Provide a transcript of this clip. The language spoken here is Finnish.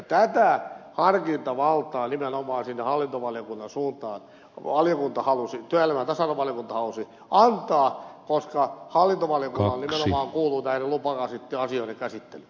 tätä harkintavaltaa nimenomaan sinne hallintovaliokunnan suuntaan työelämä ja tasa arvovaliokunta halusi antaa koska hallintovaliokunnalle nimenomaan kuuluu näiden lupa asioiden käsittely